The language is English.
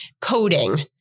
coding